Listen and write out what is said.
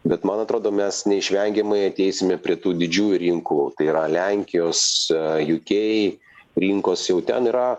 bet man atrodo mes neišvengiamai ateisime prie tų didžiųjų rinkų tai yra lenkijos uk rinkos jau ten yra